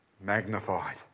Magnified